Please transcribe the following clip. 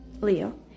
Leo